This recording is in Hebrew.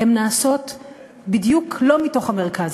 הן נעשות בדיוק לא מתוך המרכז,